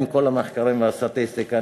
עם כל המחקרים והסטטיסטיקה,